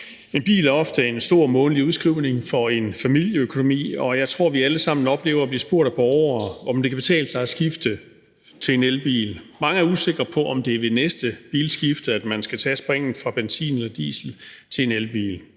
En bil er ofte en stor månedlig udskrivning for en familieøkonomi, og jeg tror, vi alle sammen oplever at blive spurgt af borgere, om det kan betale sig at skifte til en elbil. Mange er usikre på, om det er ved næste bilskifte, at man skal tage springet fra benzin eller diesel til en elbil.